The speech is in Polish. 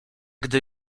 gdy